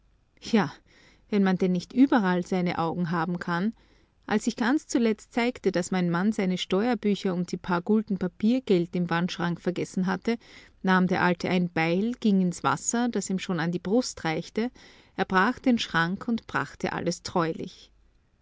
schmiedegebläs ja wie man denn nicht überall seine augen haben kann als sich ganz zuletzt zeigte daß mein mann seine steuerbücher und die paar gulden papiergeld im wandschrank vergessen hatte nahm der alte ein beil ging ins wasser das ihm schon an die brust reichte erbrach den schrank und brachte alles treulich